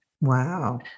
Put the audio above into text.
Wow